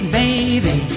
baby